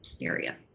area